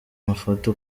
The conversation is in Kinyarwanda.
mafoto